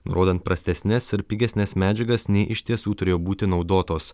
rodant prastesnes ir pigesnes medžiagas nei iš tiesų turėjo būti naudotos